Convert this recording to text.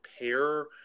repair